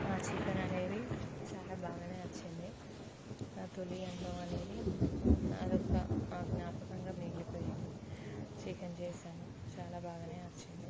ఆ చికెన్ అనేది చాలా బాగా వచ్చింది నా తొలి అనుభవం అనేది అది ఒక జ్ఞాపకంగా మిగిలిపోయింది చికెన్ చేశాను చాలా బాగా వచ్చింది